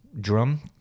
drum